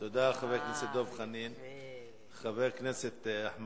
תודה, חבר הכנסת דב